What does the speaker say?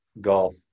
golf